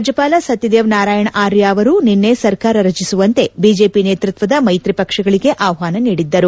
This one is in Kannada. ರಾಜ್ವಪಾಲ ಸತ್ತದೇವ್ ನಾರಾಯಣ್ ಆರ್ಯ ಅವರು ನಿನ್ನೆ ಸರ್ಕಾರ ರಚಿಸುವಂತೆ ಬಿಜೆಪಿ ನೇತೃತ್ವದ ಮೈತ್ರಿ ಪಕ್ಷಗಳಿಗೆ ಆಹ್ವಾನ ನೀಡಿದ್ದರು